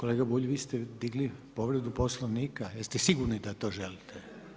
Kolega Bulj vi ste digli povredu Poslovnika, jeste sigurni da to želite?